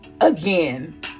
Again